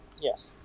Yes